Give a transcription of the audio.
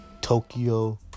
Tokyo